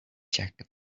jacket